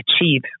achieve